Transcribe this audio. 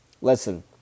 Listen